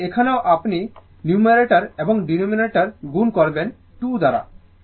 সুতরাং এখানেও আপনি নিউমারেটর এবং ডেনোমিনেটর গুণ করবেন 2 দ্বারা